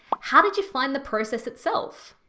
how did you find the process itself?